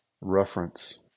reference